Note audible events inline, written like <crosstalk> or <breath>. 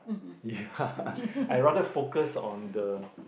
ya <breath> I rather focus on the